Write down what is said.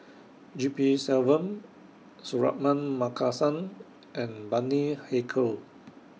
G P Selvam Suratman Markasan and Bani Haykal